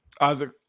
Isaac